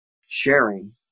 sharing